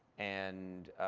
and